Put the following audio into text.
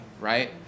right